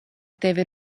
tevi